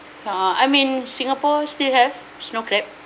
uh I mean singapore still have snow crab